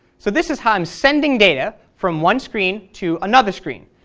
so this is how i'm sending data from one screen to another screen.